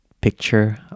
picture